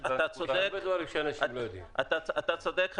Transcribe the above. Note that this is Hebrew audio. אתה צודק,